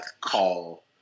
call